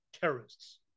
terrorists